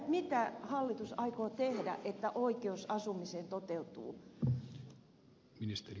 mitä hallitus aikoo tehdä jotta oikeus asumiseen toteutuu